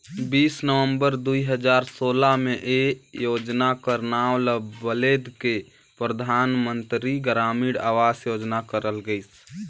बीस नवंबर दुई हजार सोला में ए योजना कर नांव ल बलेद के परधानमंतरी ग्रामीण अवास योजना करल गइस